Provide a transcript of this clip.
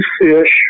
fish